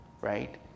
right